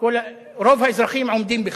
רוב האזרחים עומדים בכך.